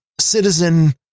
citizen